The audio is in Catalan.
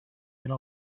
era